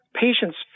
patients